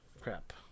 crap